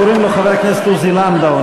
קוראים לו חבר הכנסת עוזי לנדאו,